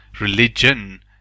religion